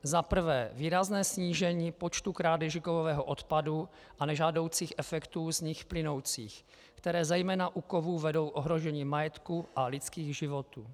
Za prvé výrazné snížení počtu krádeží kovového odpadu a nežádoucích efektů z nich plynoucích, které zejména u kovů vedou k ohrožení majetku a lidských životů.